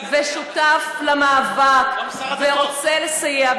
שותף למאבק ורוצה לסייע,